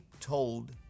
told